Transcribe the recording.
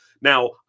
Now